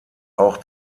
auch